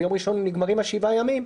ביום ראשון נגמרים ה-7 ימים,